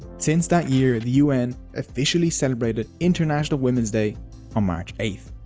since that year the un officially celebrated international women's day on march eighth.